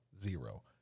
zero